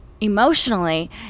Emotionally